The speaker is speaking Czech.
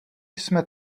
jsme